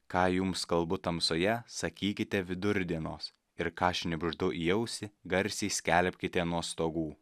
ką jums kalbu tamsoje sakykite vidur dienos ir ką šnibždu į ausį garsiai skelbkite nuo stogų